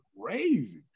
crazy